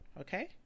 Okay